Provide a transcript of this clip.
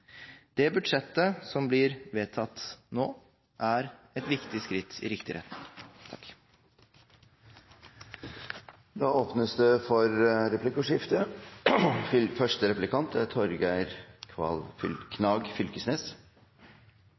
Det budsjettet som blir vedtatt nå, er et viktig skritt i riktig retning. Det åpnes for replikkordskifte.